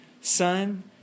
Son